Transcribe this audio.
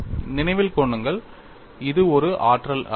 நினைவில் கொள்ளுங்கள் இது ஒரு ஆற்றல் அளவு